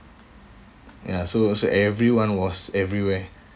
ya so so everyone was everywhere